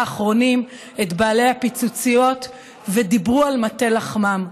האחרונים את בעלי הפיצוציות ודיברו על מטה לחמם.